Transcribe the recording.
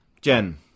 Jen